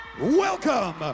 Welcome